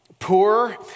poor